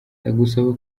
ndagusaba